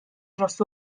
dros